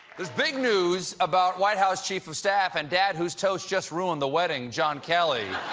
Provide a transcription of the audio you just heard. there's big news about white house chief of staff and dad whose toast just ruined the wedding, john kelly.